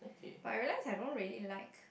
but I realise I don't really like